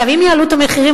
אם יעלו את המחירים,